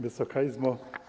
Wysoka Izbo!